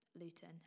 Luton